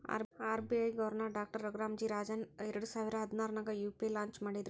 RBI governor doctor Raghuram G Rajan ಎರಡಸಾವಿರ ಹದ್ನಾರಾಗ UPI launch ಮಾಡಿದ್ರು